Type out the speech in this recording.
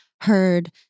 heard